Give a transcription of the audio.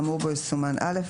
האמור בו יסומן "(א)",